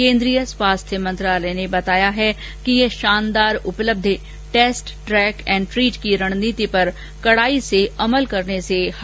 केन्द्रीय स्वास्थ्य मंत्रालय ने बताया है कि यह शानदार उपलब्धि टेस्ट ट्रैक एंड ट्रीट की रणनीति पर कड़ाई से अमल करने से हासिल हो पायी है